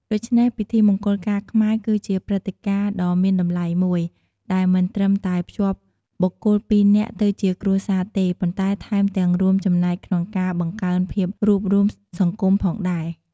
ដូច្នេះ ពិធីមង្គលការខ្មែរគឺជាព្រឹត្តិការណ៍ដ៏មានតម្លៃមួយ ដែលមិនត្រឹមតែភ្ជាប់បុគ្គលពីរនាក់ទៅជាគ្រួសារទេ ប៉ុន្តែថែមទាំងរួមចំណែកក្នុងការបង្កើនភាពរួបរួមសង្គមផងដែរ។